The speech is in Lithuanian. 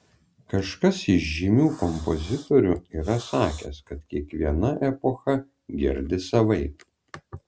kažkas iš žymių kompozitorių yra sakęs kad kiekviena epocha girdi savaip